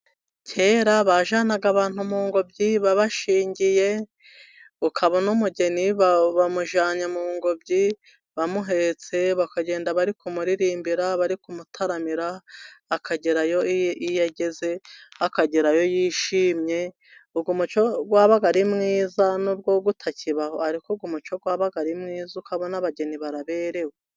Kera bajyanaga abantu mu ngobyi babashingiye, ukabona umugeni bamujyanye mu ngobyi bamuhetse bakagenda bari kumuririmbira, bari kumutaramira akagerayo iyo ageze akagerayo yishimye, uwo muco wabaga ari mwiza nubwo utakibaho, ariko uwo muco wabaga ari mwiza ukabona abageni baraberewe.